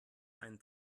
einen